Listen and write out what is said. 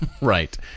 Right